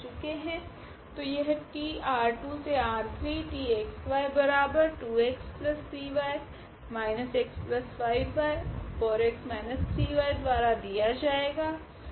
तो यह TR2→R3 द्वारा दिया जाएगा